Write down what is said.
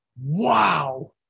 Wow